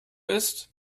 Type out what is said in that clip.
ist